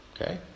okay